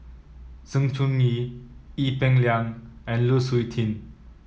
Sng Choon Yee Ee Peng Liang and Lu Suitin